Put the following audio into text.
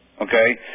Okay